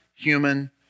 human